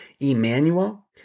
Emmanuel